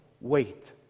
Wait